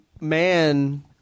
man